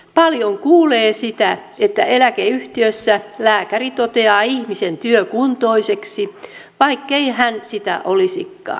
paljon kuulee sitä että eläkeyhtiössä lääkäri toteaa ihmisen työkuntoiseksi vaikkei hän sitä olisikaan